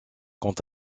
quant